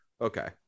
Okay